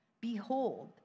behold